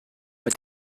mit